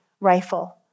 rifle